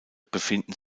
befinden